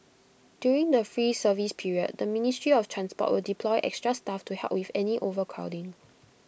during the free service period the ministry of transport will deploy extra staff to help with any overcrowding